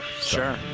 Sure